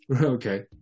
Okay